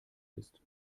ist